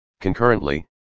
Concurrently